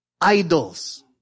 idols